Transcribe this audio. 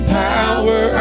power